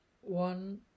one